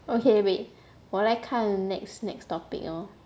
okay wait 我来看 next next topic you know